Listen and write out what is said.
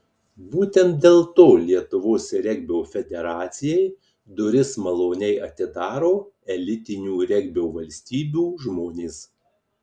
būtent dėl to lietuvos regbio federacijai duris maloniai atidaro elitinių regbio valstybių žmonės